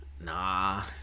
nah